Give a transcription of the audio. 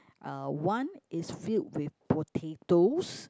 uh one is filled with potatoes